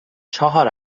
چهار